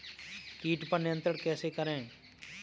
कीट पर नियंत्रण कैसे करें?